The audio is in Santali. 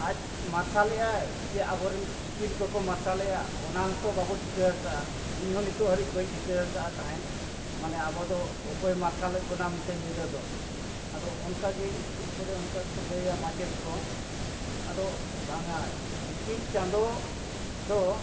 ᱟᱡ ᱢᱟᱨᱥᱟᱞᱮᱜ ᱟᱭ ᱡᱮ ᱟᱵᱚᱨᱮᱱ ᱤᱯᱤᱞ ᱠᱚᱠᱚ ᱢᱟᱨᱥᱟᱞᱮᱜᱼᱟ ᱚᱱᱟ ᱦᱚᱸᱛᱚ ᱵᱟᱵᱚ ᱴᱷᱤᱠᱟᱹᱠᱟᱜᱼᱟ ᱤᱧ ᱦᱚᱸ ᱱᱤᱛᱚᱜ ᱦᱟᱹᱨᱤᱡ ᱵᱟᱹᱧ ᱴᱷᱤᱠᱟᱹᱠᱟᱜᱼᱟ ᱛᱟᱦᱮᱱ ᱢᱟᱱᱮ ᱟᱵᱚ ᱫᱚ ᱚᱠᱚᱭ ᱢᱟᱨᱥᱟᱞᱮᱫ ᱵᱚᱱᱟ ᱢᱮᱱᱛᱮ ᱧᱤᱫᱟᱹ ᱫᱚ ᱟᱫᱚ ᱚᱱᱠᱟ ᱜᱮ ᱥᱠᱩᱞ ᱠᱚᱨᱮ ᱚᱱᱠᱟ ᱜᱮᱠᱚ ᱞᱟᱹᱭᱟ ᱢᱟᱪᱮᱫ ᱠᱚ ᱟᱫᱚ ᱵᱟᱝᱟ ᱤᱯᱤᱞ ᱪᱟᱸᱫᱚ ᱫᱚ